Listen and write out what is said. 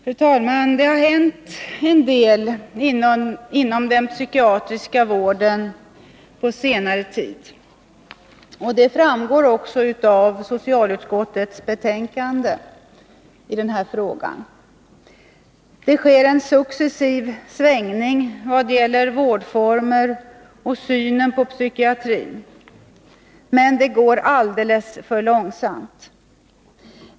Fru talman! Det har hänt en del inom den psykiatriska vården på senare tid. Det framgår också av socialutskottets betänkande i denna fråga. Det sker en successiv svängning vad gäller vårdformer och synen på psykiatrin. Men det går alldeles för långsamt.